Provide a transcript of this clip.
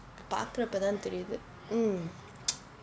பார்க்கிற அப்போ தான் தெரியுது:paarkira appo thaan theriyuthu mm